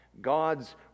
God's